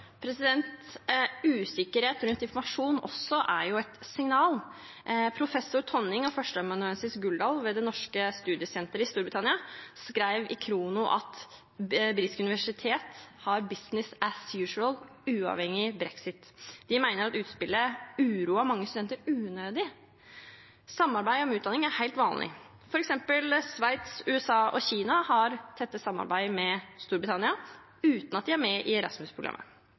norske studiesenteret i Storbritannia skrev i Khrono at det ved britiske universiteter er «business as usual», uavhengig av brexit. De mener at utspillet uroet mange studenter unødig. Samarbeid om utdanning er helt vanlig. Sveits, USA og Kina har f.eks. tett samarbeid med Storbritannia uten at de er med i